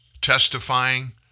testifying